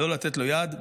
לא לתת לו ליד,